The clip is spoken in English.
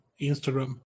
Instagram